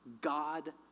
God